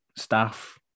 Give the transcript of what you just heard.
staff